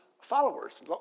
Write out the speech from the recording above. followers